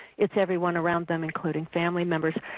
is everyone around them including family members,